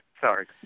sorry